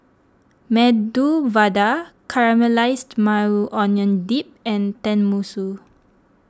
Medu Vada Caramelized Maui Onion Dip and Tenmusu